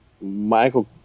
Michael